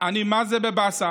אני מה זה בבאסה.